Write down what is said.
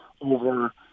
over